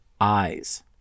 eyes